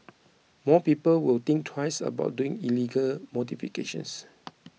more people will think twice about doing illegal modifications